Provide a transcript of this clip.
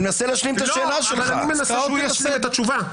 אני מנסה שהוא ישלים את התשובה,